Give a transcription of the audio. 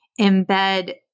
embed